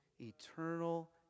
Eternal